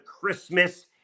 Christmas